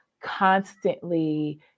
constantly